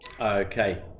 Okay